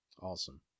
Awesome